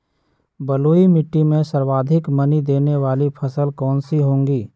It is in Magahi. बलुई मिट्टी में सर्वाधिक मनी देने वाली फसल कौन सी होंगी?